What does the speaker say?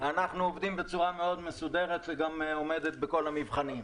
אנחנו עובדים בצורה מאוד מסודרת וגם עומדת בכל המבחנים.